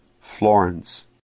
Florence